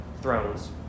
thrones